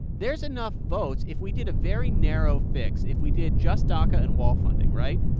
there's enough votes if we did a very narrow fix, if we did just daca and wall funding right?